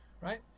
right